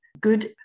good